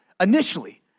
initially